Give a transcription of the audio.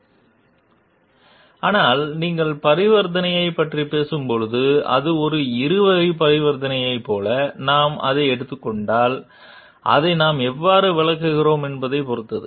slide நேரம் 0533 பார்க்கவும் ஆனால் நீங்கள் பரிவர்த்தனையைப் பற்றிப் பேசும்போது அது ஒரு இருவழி பரிவர்த்தனையைப் போல நாம் அதை எடுத்துக் கொண்டால் அதை நாம் எவ்வாறு விளக்குகிறோம் என்பதைப் பொறுத்தது